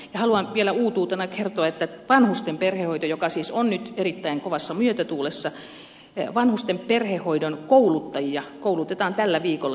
haluan vielä uutuutena kertoa että vanhusten perhehoidon joka siis on nyt erittäin kovassa myötätuulessa kouluttajia koulutetaan tällä viikolla jyväskylässä